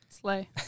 Slay